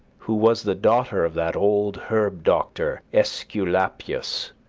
who was the daughter of that old herb-doctor aesculapius,